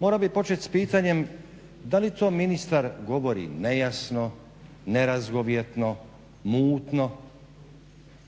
Mora bi početi s pitanjem, da li to ministar govori nejasno, nerazgovjetno, mutno